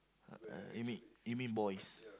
uh you mean you mean boys